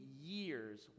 years